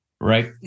Right